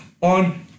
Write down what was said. on